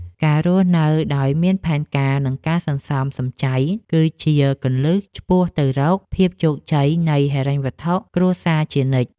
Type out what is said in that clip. ការរស់នៅដោយមានផែនការនិងការសន្សំសំចៃ គឺជាគន្លឹះឆ្ពោះទៅរកភាពជោគជ័យនៃហិរញ្ញវត្ថុគ្រួសារជានិច្ច។